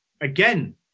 again